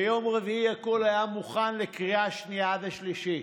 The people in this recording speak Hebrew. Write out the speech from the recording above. ביום רביעי הכול היה מוכן לקריאה שנייה ושלישית.